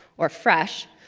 or phresh,